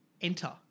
enter